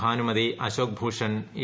Bhanumathi Ashok Bhushan A